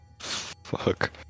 Fuck